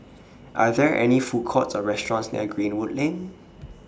Are There any Food Courts Or restaurants near Greenwood Lane